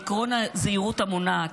לעקרון הזהירות המונעת.